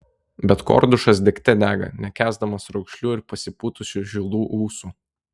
bet kordušas degte dega nekęsdamas raukšlių ir pasipūtusių žilų ūsų